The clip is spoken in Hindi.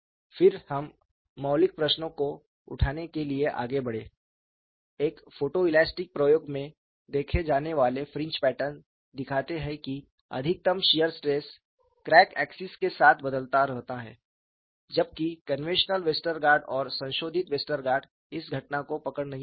फिर हम मौलिक प्रश्न को उठाने के लिए आगे बढ़े एक फोटोइलास्टिक प्रयोग में देखे जाने वाले फ्रिंज पैटर्न दिखाते है कि अधिकतम शियर स्ट्रेस क्रैक एक्सिस के साथ बदलता रहता है जबकि कन्वेंशनल वेस्टरगार्ड और संशोधित वेस्टरगार्ड इस घटना को पकड़ नहीं पाते हैं